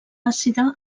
àcida